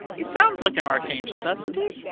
he sounds like an archangel, doesn't he?